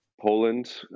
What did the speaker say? Poland